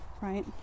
right